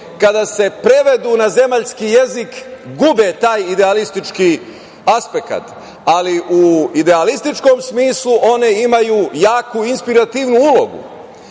kada se prevedu na zemaljski jezik gube taj idealistički aspekat, ali u idealističkom smislu one imaju jaku inspirativnu ulogu. Šta